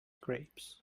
grapes